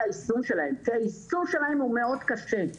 היישום שלהם כי היישום שלהם הוא מאוד קשה.